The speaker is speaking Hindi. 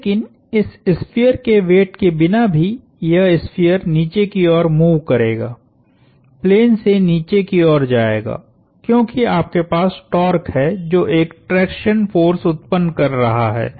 लेकिन इस स्फीयर के वेट के बिना भी यह स्फीयर नीचे की ओर मूव करेगा प्लेन से नीचे की ओर जाएगा क्योंकि आपके पास टार्क है जो एक ट्रैक्शन फोर्स उत्पन्न कर रहा है